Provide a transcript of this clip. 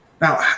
Now